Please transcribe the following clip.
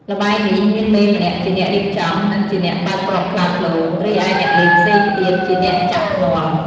ល្បែងនេះមានមេម្នាក់ជាអ្នករៀបចំ និងជាអ្នកបើកគ្រាប់ខ្លាឃ្លោក រីឯអ្នកលេងផ្សេងទៀតជាអ្នកចាក់ភ្នាល់។